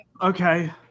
okay